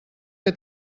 que